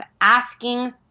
asking